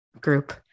group